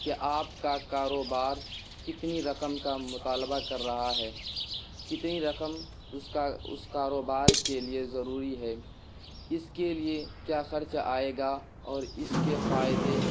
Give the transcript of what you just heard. کہ آپ کا کاروبار کتنی رقم کا مطالبہ کر رہا ہے کتنی رقم اس کا اس کاروبار کے لیے ضروری ہے اس کے لیے کیا خرچ آئے گا اور اس کے فائدے